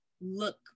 look